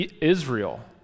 Israel